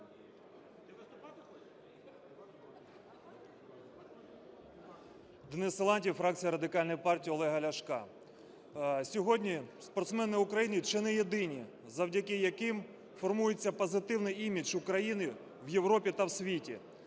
Денис Силантьєв, фракція Радикальної партії Олега Ляшка. Сьогодні спортсмени Україні чи не єдині, завдяки яким формується позитивний імідж України в Європі та світі.